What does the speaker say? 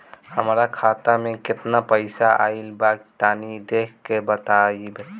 हमार खाता मे केतना पईसा आइल बा तनि देख के बतईब?